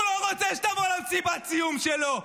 הוא לא רוצה שתבוא למסיבת הסיום שלו.